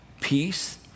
peace